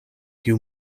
kiu